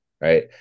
right